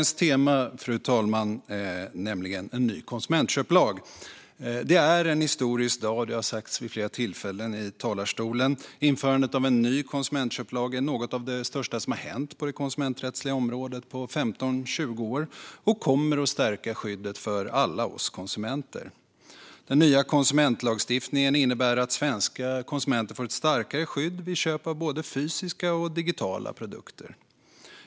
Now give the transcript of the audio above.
Nu går jag till dagens tema: en ny konsumentköplag. Det är en historisk dag. Det har sagts vid flera tillfällen i talarstolen. Införandet av en ny konsumentköplag är något av det största som har hänt på det konsumenträttsliga området på 15-20 år. Det kommer att stärka skyddet för alla oss konsumenter. Den nya konsumentlagstiftningen innebär att svenska konsumenter får ett starkare skydd vid köp av både fysiska och digitala produkter.